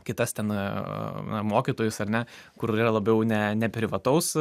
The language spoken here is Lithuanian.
kitas ten mokytojus ar ne kur yra labiau ne ne privataus